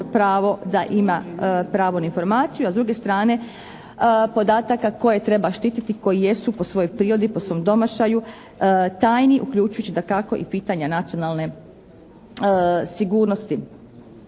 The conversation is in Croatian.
pravo da ima pravo na informaciju, a sa drug strane podataka koje treba štititi, koji jesu po svojoj prirodi, po svom domašaju tajni uključujući dakako i pitanja nacionalne sigurnosti.